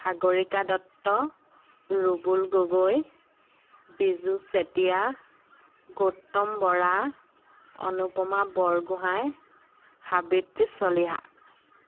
Sagarika Dutta Rubul Gogoi Biju Chetia Gautam Bora Anupama Borgohain Savitri Chaliha